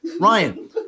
Ryan